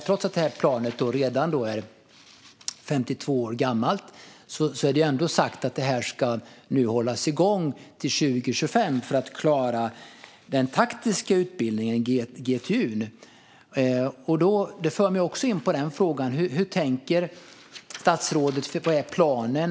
Trots att det här planet redan är 52 år gammalt är det sagt att det ska hållas igång till 2025 för att man ska klara den taktiska utbildningen, GTU. Hur tänker statsrådet? Vad är planen?